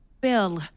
Bill